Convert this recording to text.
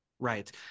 Right